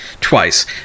Twice